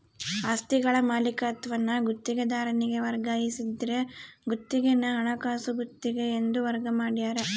ಆಸ್ತಿಗಳ ಮಾಲೀಕತ್ವಾನ ಗುತ್ತಿಗೆದಾರನಿಗೆ ವರ್ಗಾಯಿಸಿದ್ರ ಗುತ್ತಿಗೆನ ಹಣಕಾಸು ಗುತ್ತಿಗೆ ಎಂದು ವರ್ಗ ಮಾಡ್ಯಾರ